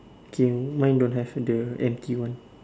okay mine don't have the empty one